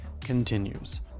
continues